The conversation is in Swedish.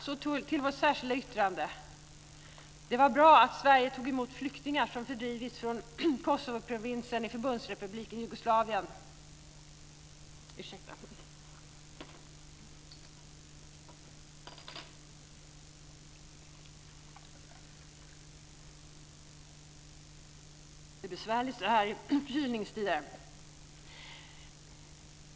Så ska jag tala om vårt särskilda yttrande.